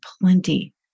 plenty